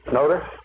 notice